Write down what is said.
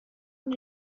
اون